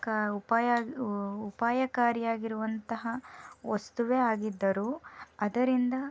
ಕ ಉಪಾಯ ಉಪಾಯಕಾರಿಯಾಗಿರುವಂತಹ ವಸ್ತುವೇ ಆಗಿದ್ದರೂ ಅದರಿಂದ